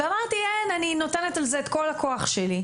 אמרתי שאני נותנת על זה את כל הכוח שלי.